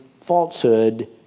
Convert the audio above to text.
falsehood